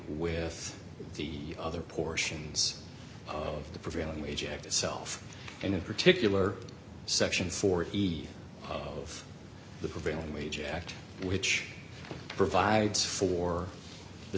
with the other portions of the prevailing wage act itself and in particular sections for each of the prevailing wage act which provides for the